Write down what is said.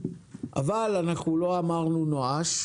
אבל אנחנו לא אמרנו נואש.